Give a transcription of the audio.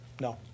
no